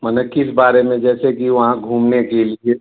माने किस बारे में जैसे कि वहाँ घूमने के लिए